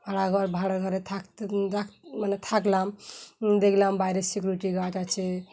ভাড়াঘর ভাড়া ঘরে থাকতে মানে থাকলাম দেখলাম বাইরের সিকিউরিটি গার্ড আছে